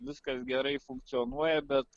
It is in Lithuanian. viskas gerai funkcionuoja bet